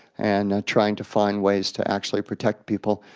and trying to find ways to actually protect people,